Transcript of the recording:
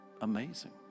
amazing